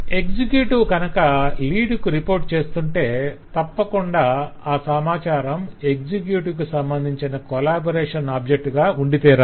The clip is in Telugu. ఎక్సెక్యుటివ్ కనుక లీడ్ కు రిపోర్ట్ చేస్తుంటే తప్పకుండా అ సమాచారం ఎక్సెక్యుటివ్ కి సంబంధించిన కొలాబరేషన్ ఆబ్జెక్ట్ గా ఉండితీరాలి